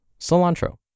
cilantro